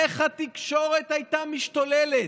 איך התקשורת הייתה משתוללת,